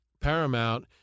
Paramount